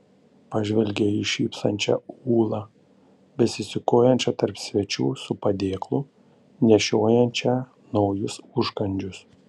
pažvelgė į šypsančią ūlą besisukiojančią tarp svečių su padėklu nešiojančią naujus užkandžius